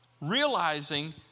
realizing